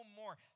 more